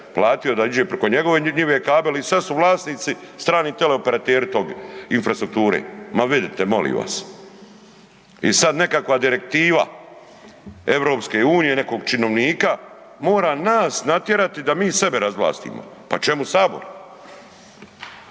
platio da ide preko njegove njive kabel i sad su vlasnici strani teleoperateri toga, infrastrukture. Ma vidite, molim vas. I sad nekakva direktiva EU-a, nekog činovnika mora nas natjerati da mi sebe razvlastimo. Pa čemu Sabor?